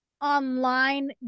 online